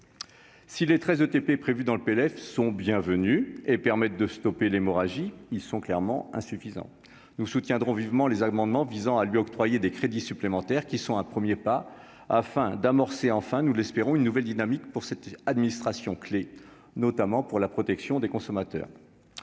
si les 13 TP prévus dans le PLF sont bienvenues et permettent de stopper l'hémorragie, ils sont clairement insuffisants, nous soutiendrons vivement les amendements visant à lui octroyer des crédits supplémentaires qui sont un 1er pas afin d'amorcer enfin nous l'espérons, une nouvelle dynamique pour cette administration, notamment pour la protection des consommateurs,